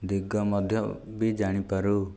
ଦିଗ ମଧ୍ୟ ବି ଜାଣିପାରୁ